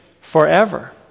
forever